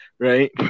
Right